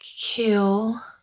kill